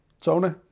Tony